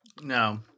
No